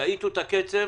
תאטו את הקצב,